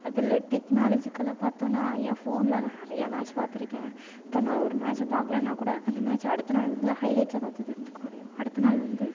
அதில் டெக்னாலஜிக்கலாக பார்த்தோன்னா என் ஃபோனில் நான் நிறையா மேட்ச் பார்த்துருக்கேன் இப்போ நான் ஒரு மேட்ச்சை பார்க்கலன்னா கூட அந்த மேட்ச்சை அடுத்த நாள் வந்து ஹைலைட்ஸை பார்த்து தெரிஞ்சுக்க முடியும் அடுத்த நாள் வந்து